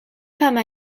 femme